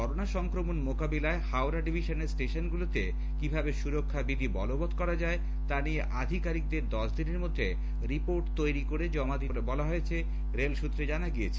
corona সংক্রমণ মোকাবিলায় Howrah division এর স্টেশনগুলোতে কিভাবে সুরক্ষাবিধি বলবৎ করা যায় তা নিয়ে আধিকারিকদের দশ দিনের মধ্যে রিপোর্ট তৈরি করে জমা দিতে বলা হয়েছে বলে রেল সূত্রে জানা গিয়েছে